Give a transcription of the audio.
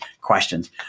questions